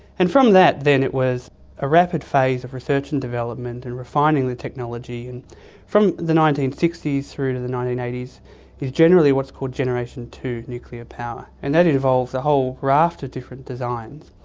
and from that then it was a rapid phase of research and development and refining the technology. and from the nineteen sixty s through to the nineteen eighty s is generally what's called generation two nuclear power, and that involves a whole raft of different designs.